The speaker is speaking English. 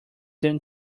than